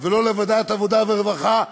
ולא לוועדת העבודה והרווחה,